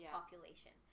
population